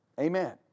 Amen